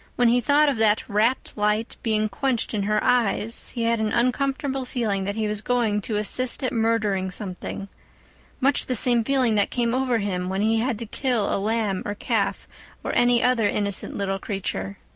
when he thought of that rapt light being quenched in her eyes he had an uncomfortable feeling that he was going to assist at murdering something much the same feeling that came over him when he had to kill a lamb or calf or any other innocent little creature.